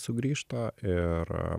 sugrįžta ir